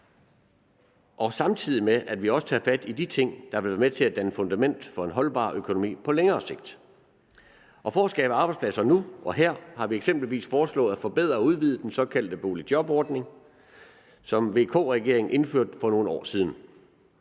job, samtidig med at vi også tager fat i de ting, der vil være med til at danne fundament for en holdbar økonomi på længere sigt. For at skabe arbejdspladser nu og her, har vi eksempel foreslået at forbedre og udvide den såkaldte boligjobordning, som VK-regeringen indførte for nogle år siden.